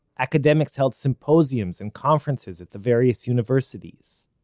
academics held symposiums and conferences at the various universities,